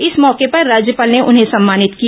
इस मौके पर राज्यपाल ने उन्हें सम्मानित किया